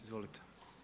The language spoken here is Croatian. Izvolite.